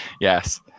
Yes